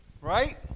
Right